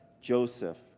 Joseph